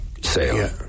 sale